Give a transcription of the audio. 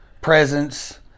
presence